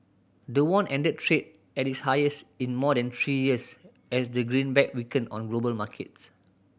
the won ended trade at its highest in more than three years as the greenback weakened on global markets